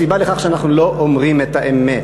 הסיבה לכך היא שאנחנו לא אומרים את האמת.